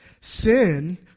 Sin